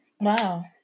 wow